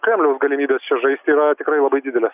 kremliaus galimybės čia žaisti yra tikrai labai didelės